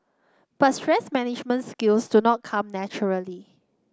but stress management skills do not come naturally